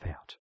out